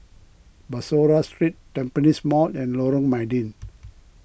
Bussorah Street Tampines Mall and Lorong Mydin